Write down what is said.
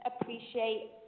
appreciate